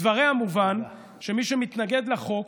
מדבריה מובן שמי שמתנגד לחוק